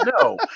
no